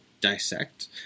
dissect